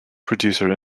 producer